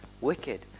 wicked